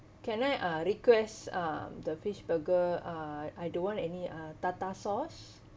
can I uh request um the fish burger uh I don't want any uh tartar sauce